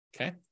Okay